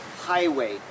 highway